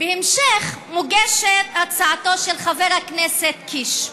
בהמשך מוגשת הצעתו של חבר הכנסת קיש,